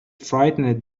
frightened